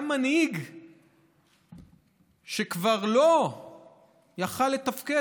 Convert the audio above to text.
גם מנהיג שכבר לא יכול היה לתפקד,